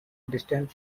distant